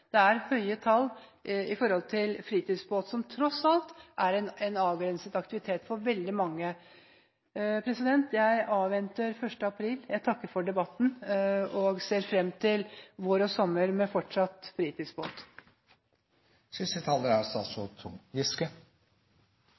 Det er høye tall når det gjelder fritidsbåter, som tross alt er en avgrenset aktivitet for veldig mange. Jeg avventer 1. april. Jeg takker for debatten og ser fram til en vår og en sommer med fortsatt fritidsbåt. Som i den debatten vi hadde i oktober, er